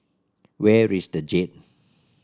where is the Jade